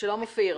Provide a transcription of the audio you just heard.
שלום אופיר.